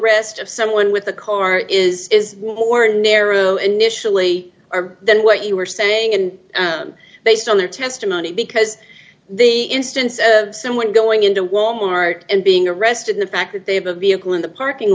rest of someone with a car is more narrow initially or than what you were saying and based on their testimony because the instance of someone going into wal mart and being arrested the fact that they have a vehicle in the parking